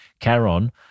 Caron